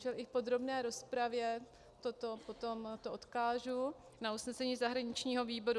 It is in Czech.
I v podrobné rozpravě na toto potom odkážu, na usnesení zahraničního výboru.